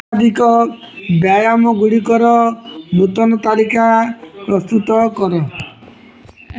ଅଧିକ ବ୍ୟାୟାମ ଗୁଡ଼ିକର ନୂତନ ତାଲିକା ପ୍ରସ୍ତୁତ କର